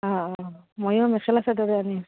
অঁ অঁ ময়ো মেখেলা চাদৰ আনিম